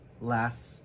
last